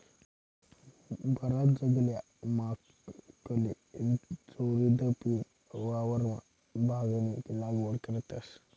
बराच जागल्या मालकले चोरीदपीन वावरमा भांगनी लागवड करतस